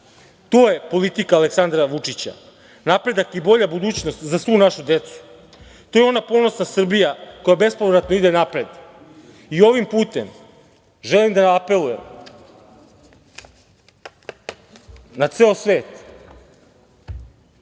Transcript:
To je politika Aleksandra Vučića, napredak i bolja budućnost za svu našu decu. To je ona ponosna Srbija koja bespovratno ide napred. Ovim putem želim da apelujem na ceo svet